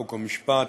חוק ומשפט,